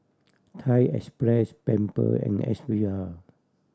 Thai Express Pamper and S V R